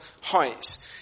heights